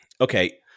Okay